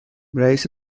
رئیس